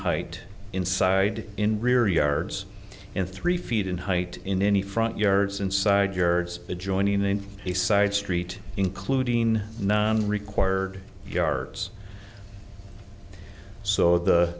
height inside in rear yards and three feet in height in any front yards inside your adjoining a side street including non required yards so the